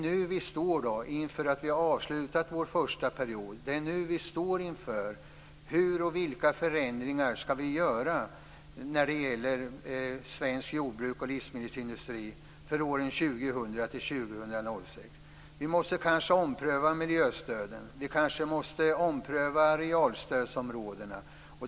Efter att ha avsluta den första perioden, står vi nu inför att välja vilka förändringar som skall göras i svenskt jordbruk och svensk livsmedelsindustri för åren 2000-2006. Vi måste kanske ompröva miljöstöden. Vi kanske måste ompröva arealstödsområdena.